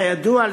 כידוע,